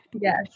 Yes